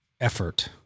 effort